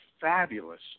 fabulous